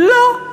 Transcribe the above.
לא.